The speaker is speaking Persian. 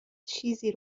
چیزی